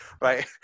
Right